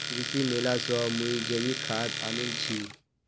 कृषि मेला स मुई जैविक खाद आनील छि